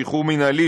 שחרור מינהלי,